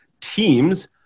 Teams